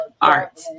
art